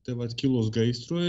tai vat kilus gaisrui